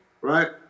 right